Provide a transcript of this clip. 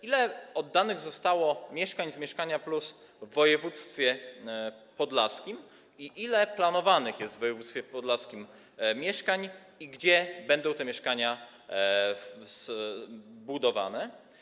Ile oddanych zostało mieszkań w ramach „Mieszkania+” w województwie podlaskim, ile planowanych jest w województwie podlaskim mieszkań i gdzie będą te mieszkania budowane?